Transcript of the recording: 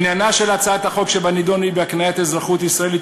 עניינה של הצעת החוק שבנדון הוא הקניית אזרחות ישראלית